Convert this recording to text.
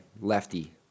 lefty